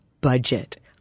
budget